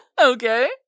Okay